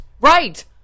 right